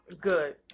Good